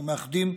אנחנו מאחדים,